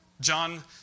John